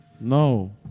No